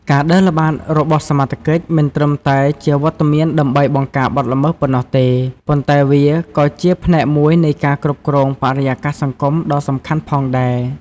ការដើរល្បាតរបស់សមត្ថកិច្ច មិនត្រឹមតែជាវត្តមានដើម្បីបង្ការបទល្មើសប៉ុណ្ណោះទេ ប៉ុន្តែវាក៏ជាផ្នែកមួយនៃការគ្រប់គ្រងបរិយាកាសសង្គមដ៏សំខាន់ផងដែរ។